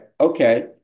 okay